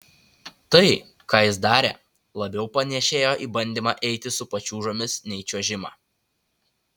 tai ką jis darė labiau panėšėjo į bandymą eiti su pačiūžomis nei čiuožimą